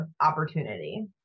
opportunity